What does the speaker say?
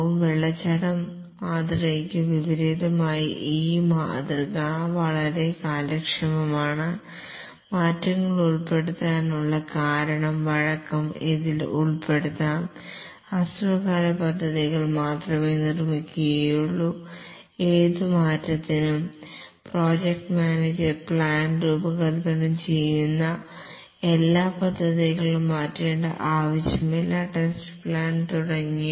waterfall മോഡലിന് വിപരീതമായി ഈ മോഡൽ വളരെ കാര്യക്ഷമമാണ് മാറ്റങ്ങൾ ഉൾപ്പെടുത്താനുള്ള കാരണം വഴക്കം ഇതിൽ ഉൾപ്പെടുത്താംഹ്രസ്വകാല പദ്ധതികൾ മാത്രമേ നിർമ്മിക്കുകയുള്ളൂ ഏത് മാറ്റത്തിനും പ്രോജക്റ്റ് മാനേജ്മെന്റ് പ്ലാൻ രൂപകൽപ്പന ചെയ്യുന്ന എല്ലാ പദ്ധതികളും മാറ്റേണ്ട ആവശ്യമില്ല ടെസ്റ്റ് പ്ലാൻ തുടങ്ങിയവ